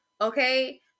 Okay